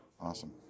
Awesome